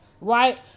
right